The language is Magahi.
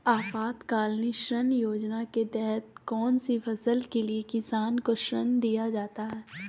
आपातकालीन ऋण योजना के तहत कौन सी फसल के लिए किसान को ऋण दीया जाता है?